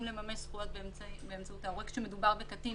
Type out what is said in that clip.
לממש זכויות באמצעות ההורה כשמדובר בקטין